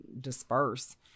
disperse